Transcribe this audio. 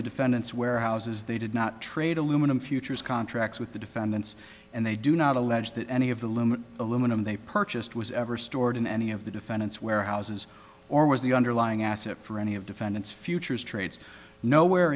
the defendants warehouses they did not trade aluminum futures contracts with the defendants and they do not allege that any of the loom aluminum they purchased was ever stored in any of the defendant's warehouses or was the underlying asset for any of defendants futures trades nowhere